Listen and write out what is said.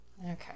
Okay